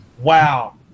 wow